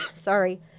sorry